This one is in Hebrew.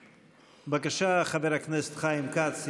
בבקשה, חבר הכנסת חיים כץ.